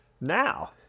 Now